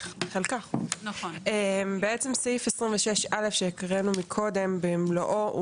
סעיף 26א שקראנו קודם במלואו,